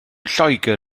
lloegr